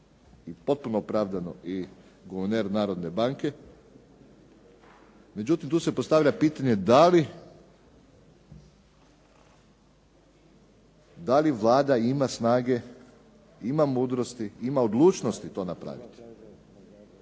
i potpuno opravdano i guverner Narodne banke. Međutim, tu se postavlja pitanje da li Vlada ima snage, ima mudrosti, ima odlučnosti to napraviti?